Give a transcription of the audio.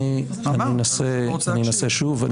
אני אנסה שוב.